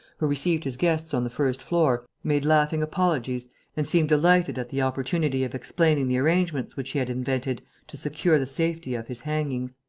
who received his guests on the first floor, made laughing apologies and seemed delighted at the opportunity of explaining the arrangements which he had invented to secure the safety of his hangings.